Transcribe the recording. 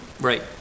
Right